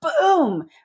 boom